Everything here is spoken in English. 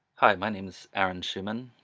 hi my name is aaron schuman.